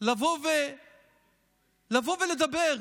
לבוא ולדבר,